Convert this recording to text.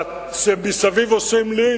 כשמסביב עושים לינץ',